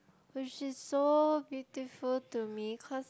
which is so beautiful to me cause